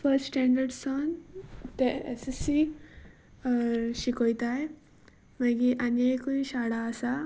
first standard सान ते S S C शिकयतात मागीर आनी एकूय शाळा आसा